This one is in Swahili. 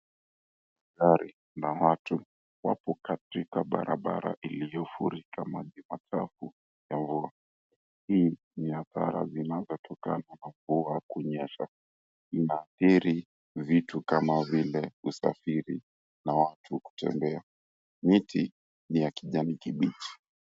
Gari 𝑛a watu wapo katika barabara iliyofurika maji machafu ya mvua. Hii ni hasara zinazotokana na mvua kunyesha. Inaathiri vitu kama vile usafiri na watu kutembea. Miti ni ya kijani kibchi.